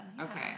Okay